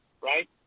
right